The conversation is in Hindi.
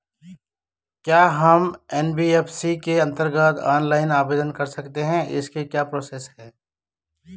क्या हम एन.बी.एफ.सी के अन्तर्गत ऑनलाइन आवेदन कर सकते हैं इसकी क्या प्रोसेस है?